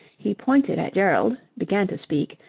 he pointed at gerald, began to speak,